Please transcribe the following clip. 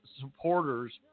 supporters